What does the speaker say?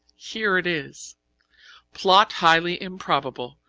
here it is plot highly improbable.